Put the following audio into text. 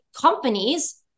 companies